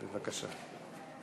בבקשה.